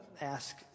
ask